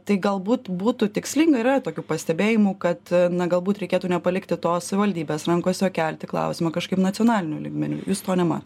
tai galbūt būtų tikslinga yra tokių pastebėjimų kad na galbūt reikėtų nepalikti to savivaldybės rankose o kelti klausimą kažkaip nacionaliniu lygmeniu jūs to nematot